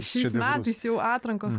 šiais metais jau atrankos